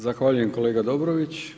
Zahvaljujem kolega Dobrović.